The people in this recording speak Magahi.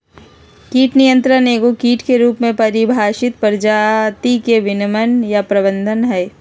कीट नियंत्रण एगो कीट के रूप में परिभाषित प्रजाति के विनियमन या प्रबंधन हइ